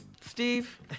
Steve